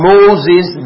Moses